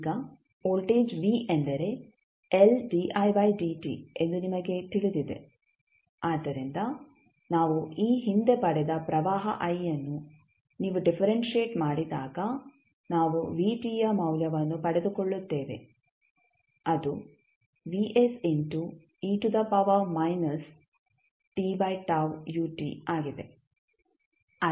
ಈಗ voltage v ಎಂದರೆ l di by dt ಎಂದು ನಿಮಗೆ ತಿಳಿದಿದೆ ಆದ್ದರಿಂದ ನಾವು ಈ ಹಿಂದೆ ಪಡೆದ ಪ್ರವಾಹ I ಅನ್ನು ನೀವು ಡಿಫರೆಂಶಿಯೆಟ್ ಮಾಡಿದಾಗ ನಾವು vt ಯ ಮೌಲ್ಯವನ್ನು ಪಡೆದುಕೊಳ್ಳುತ್ತೇವೆ ಅದು vs into e to the power minus t by tau ut ಆಗಿದೆ